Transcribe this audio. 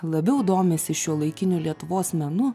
labiau domisi šiuolaikiniu lietuvos menu